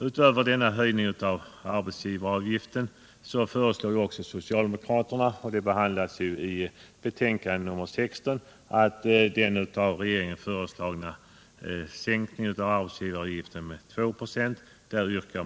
Utöver höjningen av arbetsgivaravgiften yrkar socialdemokraterna också avslag på regeringens förslag om sänkning av arbetsgivaravgiften med 2 96.